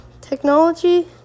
Technology